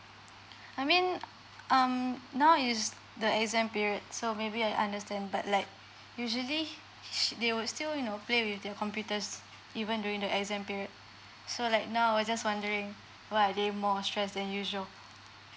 I mean um now is the exam period so maybe I understand but like usually she they would still you know play with their computers even during the exam period so like now I was just wondering why are they more stress than usual